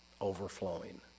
overflowing